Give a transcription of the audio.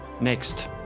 Next